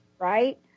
Right